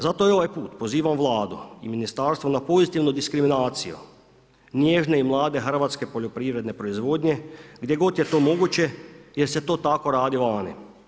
Zato ja ovaj put pozivam Vladu i Ministarstvo na pozitivnu diskriminaciju nježne i mlade hrvatske poljoprivredne proizvodnje gdje god je to moguće jer se to tako radi vani.